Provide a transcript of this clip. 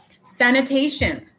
Sanitation